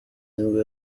nibwo